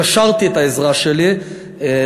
קשרתי את העזרה שלי להם,